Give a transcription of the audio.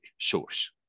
source